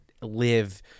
live